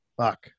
Fuck